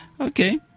okay